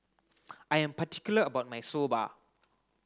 I am particular about my Soba